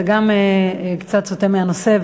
זה גם קצת סוטה מהנושא,